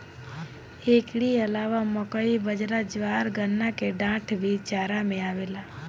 एकरी अलावा मकई, बजरा, ज्वार, गन्ना के डाठ भी चारा में आवेला